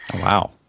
Wow